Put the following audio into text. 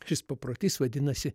šis paprotys vadinasi